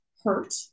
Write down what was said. hurt